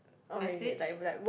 message